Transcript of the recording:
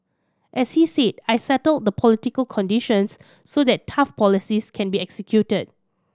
as he said I settled the political conditions so that tough policies can be executed